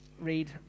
read